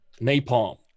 Napalm